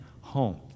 home